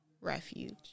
Refuge